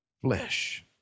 flesh